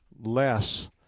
less